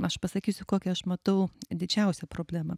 aš pasakysiu kokią aš matau didžiausią problemą